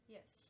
Yes